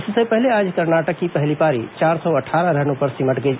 इससे पहले आज कर्नाटक की पहली पारी चार सौ अट्ठारह रनों पर सिमट गई